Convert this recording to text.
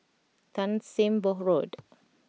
Tan Sim Boh Road